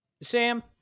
Sam